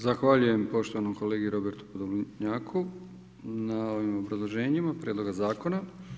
Zahvaljujem poštovanom kolegi Robertu POdolnjaku na ovim obrazloženjima prijedloga zakona.